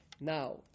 Now